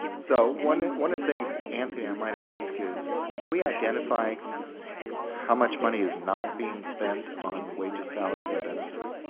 so one of the things anthony i might ask is can we identify how much money is not being spend on way to salaries and benefits?